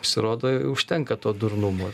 pasirodo užtenka to durnumo